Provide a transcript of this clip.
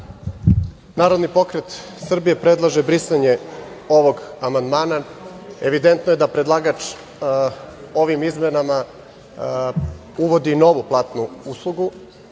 Narodni pokret Srbije predlaže brisanje ovog amandmana. Evidentno je da predlagač ovim izmenama uvodi novu platnu uslugu,